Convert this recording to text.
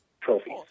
trophies